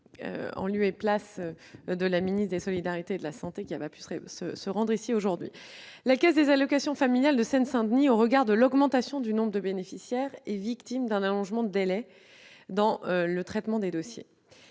en lieu et place de ma collègue ministre des solidarités et de la santé, qui ne peut être ici ce matin. La caisse d'allocations familiales de Seine-Saint-Denis, au regard de l'augmentation du nombre de bénéficiaires, est victime d'un allongement des délais de traitement des dossiers.